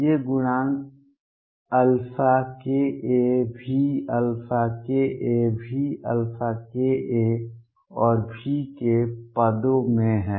ये गुणांक k a V k a V k a और v के पदों में हैं